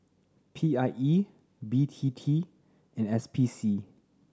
P I E B T T and S P C